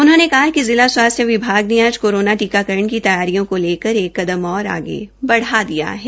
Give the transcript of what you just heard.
उन्होंने कहा कि जिला स्वास्थ्य विभाग ने आज कोरोना टीकाकरण की तैयारियों को लेकर एक कदम और आगे बढ़ा दिया है